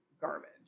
garbage